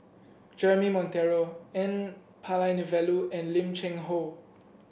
Jeremy Monteiro N Palanivelu and Lim Cheng Hoe